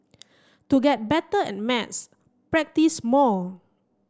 to get better at maths practise more